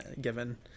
given